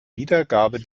wiedergabe